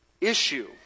issue